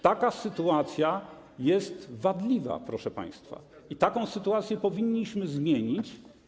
Taka sytuacja jest wadliwa, proszę państwa, i taką sytuację powinniśmy zmienić.